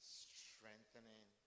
strengthening